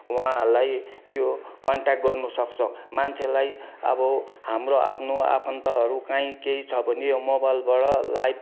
उहाँहरूलाई त्यो कन्टेक्ट गर्नु सक्छ मान्छेलाई अब हाम्रो आफ्नो आफन्तहरू कहीँ केही छ भने मोबाइलबाट लाइभ मज्जाले